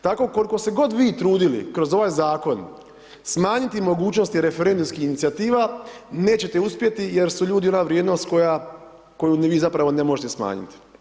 Tako, koliko god se vi trudili kroz ovaj Zakon smanjiti mogućnosti referendumskih inicijativa, nećete uspjeti jer su ljudi ona vrijednost koju ni vi zapravo ne možete smanjit.